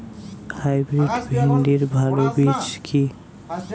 Hybrid ভিন্ডির ভালো বীজ কি?